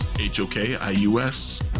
H-O-K-I-U-S